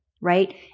right